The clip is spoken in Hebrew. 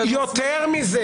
יותר מזה.